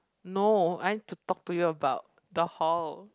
no I need to talk to you about the hall